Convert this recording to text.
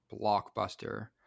blockbuster